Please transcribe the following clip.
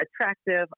attractive